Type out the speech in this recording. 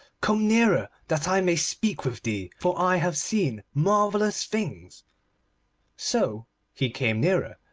come nearer, that i may speak with thee, for i have seen marvellous things so he came nearer,